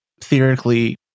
theoretically